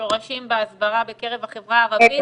שורשים בהסברה בקרב החברה הערבית.